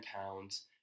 pounds